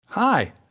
Hi